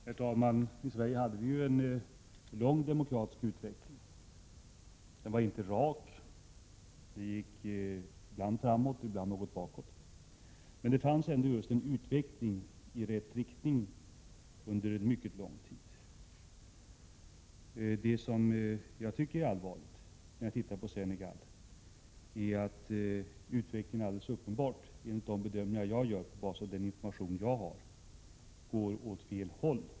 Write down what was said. Herr talman! I Sverige hade vi en lång demokratisk utveckling. Den var inte rak, utan ibland gick det framåt, ibland något bakåt. Men det pågick ändå en utveckling i rätt riktning under mycket lång tid. Vad jag tycker är allvarligt när man ser på Senegal är att utvecklingen där alldeles uppenbart, enligt de bedömningar jag gör baserade på mina informationer, går åt fel håll.